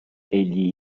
gli